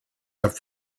have